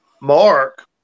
Mark